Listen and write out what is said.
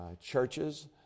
churches